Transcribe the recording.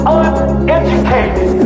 uneducated